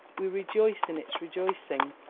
we rejoice in its rejoicing,